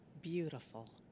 beautiful